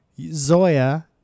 Zoya